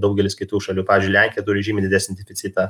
daugelis kitų šalių pavyzdžiui lenkija turi žymiai didesnį deficitą